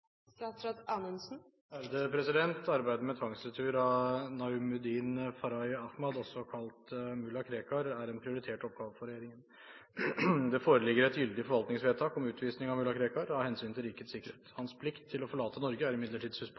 Arbeidet med tvangsretur av Faraj Ahmad Najumuddin, også kalt mulla Krekar, er en prioritert oppgave for regjeringen. Det foreligger et gyldig forvaltningsvedtak om utvisning av mulla Krekar av hensyn til rikets sikkerhet. Hans plikt til å forlate Norge er imidlertid